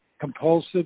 compulsive